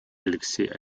алексей